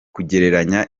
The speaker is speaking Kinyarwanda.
kugereranya